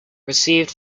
received